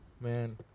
man